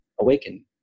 awaken